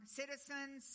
citizens